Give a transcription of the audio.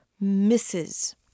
misses